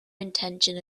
intention